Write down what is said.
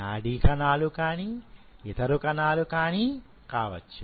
నాడీ కణాలు కానీ ఇతర కణాలు కానీ కావచ్చు